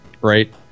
Right